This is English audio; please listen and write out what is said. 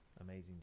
Amazing